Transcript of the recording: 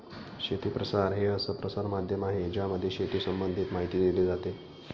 शेती प्रसार हे असं प्रसार माध्यम आहे ज्यामध्ये शेती संबंधित माहिती दिली जाते